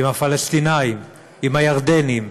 עם הפלסטינים, עם הירדנים,